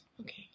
Okay